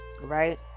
right